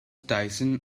tyson